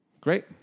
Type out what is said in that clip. Great